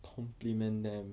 compliment them